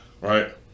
Right